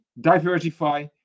diversify